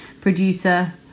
producer